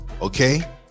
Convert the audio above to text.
okay